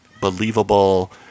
believable